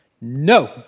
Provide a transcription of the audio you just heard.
No